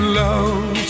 love